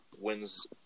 wins